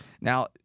Now